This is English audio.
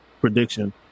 prediction